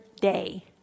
day